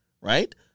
right